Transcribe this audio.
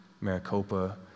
Maricopa